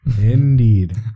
Indeed